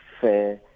fair